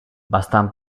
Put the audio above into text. bastant